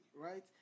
right